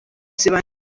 ziba